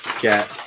get